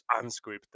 unscripted